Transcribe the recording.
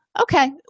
Okay